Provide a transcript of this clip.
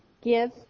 give